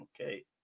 Okay